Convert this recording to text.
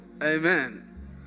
Amen